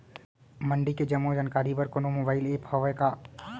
मंडी के जम्मो जानकारी बर कोनो मोबाइल ऐप्प हवय का?